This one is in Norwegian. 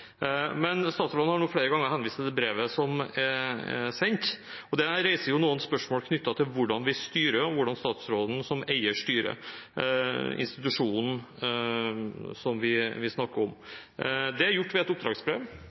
Statsråden har flere ganger vist til det brevet som er sendt. Det reiser noen spørsmål knyttet til hvordan vi styrer, og hvordan statsråden som eier styrer institusjonen vi snakker om. Det er gjort ved et oppdragsbrev,